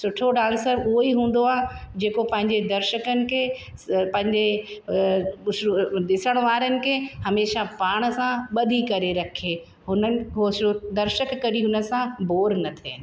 सुठो डांसर उहो ई हूंदो आहे जेको पंहिंजे दर्शकनि खे पंहिंजे श्रु ॾिसण वारनि खे हमेशह पाण सां ॿधी करे रखे हुननि हू श्रु दर्शक कॾहिं हुनसां बोर न थियनि